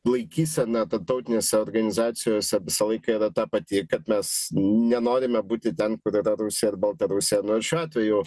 laikysena tarptautinėse organizacijose visą laiką yra ta pati kad mes nenorime būti ten kur yra rusija ar baltarusija nu ir šiuo atveju